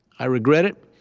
i regret it.